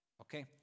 Okay